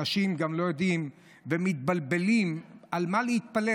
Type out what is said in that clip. אנשים גם לא יודעים ומתבלבלים על מה להתפלל,